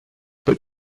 but